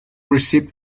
receipt